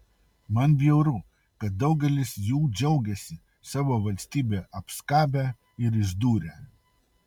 man bjauru kad daugelis jų džiaugiasi savo valstybę apskabę ir išdūrę